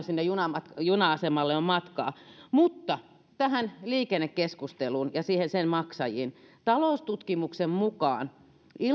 sinne juna asemalle on matkaa mutta tähän liikennekeskusteluun ja sen maksajiin taloustutkimuksen mukaan